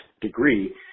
degree